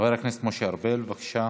חבר הכנסת משה ארבל, בבקשה.